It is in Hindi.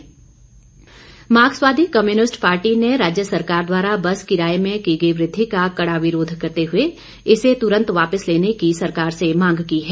माकपा मार्क्सवादी कम्यूनिस्ट पार्टी ने राज्य सरकार द्वारा बस किराये में की गई वृद्वि का कड़ा विरोध करते हुए इसे तुरंत वापिस लेने की सरकार से मांग की है